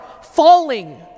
falling